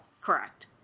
Correct